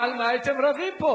על מה הייתם רבים פה?